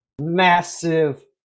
massive